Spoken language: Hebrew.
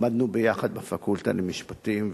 למדנו ביחד בפקולטה למשפטים.